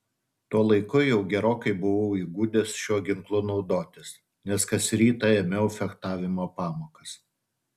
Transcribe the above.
tuo laiku jau gerokai buvau įgudęs šiuo ginklu naudotis nes kas rytą ėmiau fechtavimo pamokas